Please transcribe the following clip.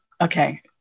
okay